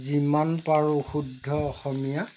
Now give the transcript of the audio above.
যিমান পাৰোঁ শুদ্ধ অসমীয়া